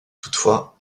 toutefois